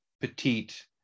petite